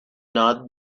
not